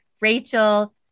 Rachel